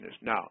Now